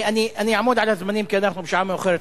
אני אעמוד על הזמנים כי אנחנו בשעה מאוחרת.